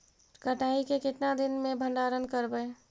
कटाई के कितना दिन मे भंडारन करबय?